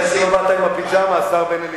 אני מתפלא שלא באת עם הפיג'מה, השר בן-אליעזר.